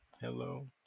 Hello